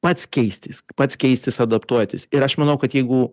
pats keistis pats keistis adaptuotis ir aš manau kad jeigu